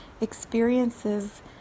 experiences